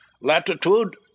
Latitude